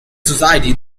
society